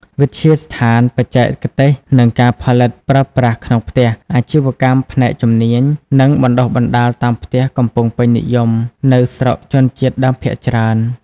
វិទ្យាស្ថានបច្ចេកទេសនិងការផលិតប្រើប្រាស់ក្នុងផ្ទះ អាជីវកម្មផ្នែកជំនាញ និងបណ្ដុះបណ្ដាលតាមផ្ទះកំពុងពេញនិយមនៅស្រុកជនជាតិដើមភាគច្រើន។